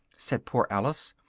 said poor alice,